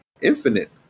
infinite